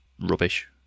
rubbish